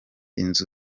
inzu